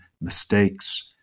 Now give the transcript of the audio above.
mistakes